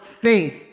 faith